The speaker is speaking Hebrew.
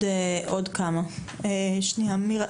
מירה,